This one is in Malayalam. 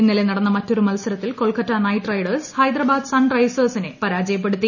ഇന്നലെ നടന്ന മറ്റൊരു മത്സരത്തിൽ Kolkata Knight Riders Hyderabad Sun റൈസേഴ്സിനെ പരാജയപ്പെടുത്തി